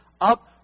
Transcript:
up